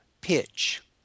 pitch